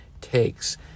takes